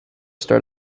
start